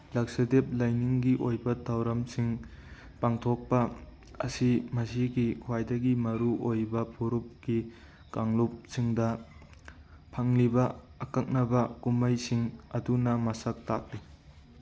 ꯂꯛꯁꯗꯤꯞ ꯂꯥꯏꯅꯤꯡꯒꯤ ꯑꯣꯏꯕ ꯊꯧꯔꯝꯁꯤꯡ ꯄꯥꯡꯊꯣꯛꯄ ꯑꯁꯤ ꯃꯁꯤꯒꯤ ꯈ꯭ꯋꯥꯏꯗꯒꯤ ꯃꯔꯨ ꯑꯣꯏꯕ ꯐꯨꯔꯨꯞꯀꯤ ꯀꯥꯡꯂꯨꯞꯁꯤꯡꯗ ꯐꯪꯂꯤꯕ ꯑꯀꯛꯅꯕ ꯀꯨꯝꯍꯩꯁꯤꯡ ꯑꯗꯨꯅ ꯃꯁꯛ ꯇꯥꯛꯂꯤ